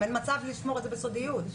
אין מצב לשמור את זה בסודיות.